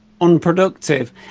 unproductive